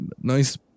nice